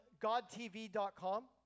godtv.com